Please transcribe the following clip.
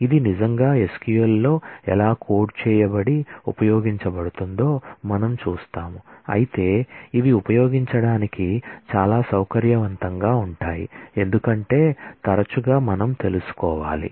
ఇది నిజంగా SQL లో ఎలా కోడ్ చేయబడి ఉపయోగించబడుతుందో మనం చూస్తాము అయితే ఇవి ఉపయోగించడానికి చాలా సౌకర్యవంతంగా ఉంటాయి ఎందుకంటే తరచుగా మనం తెలుసుకోవాలి